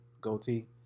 goatee